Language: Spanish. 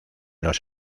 los